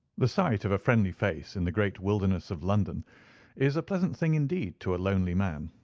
the sight of a friendly face in the great wilderness of london is a pleasant thing indeed to a lonely man.